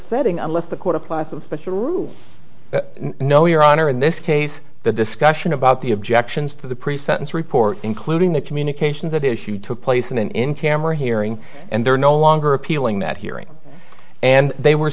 setting unless the court applies of but you know your honor in this case the discussion about the objections to the pre sentence report including the communications that issue took place in an in camera hearing and they're no longer appealing that hearing and they were